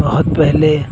बहुत पहले